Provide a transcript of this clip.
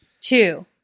two